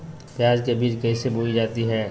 प्याज के बीज कैसे बोई जाती हैं?